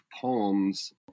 poems